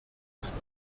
ist